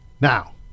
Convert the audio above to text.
Now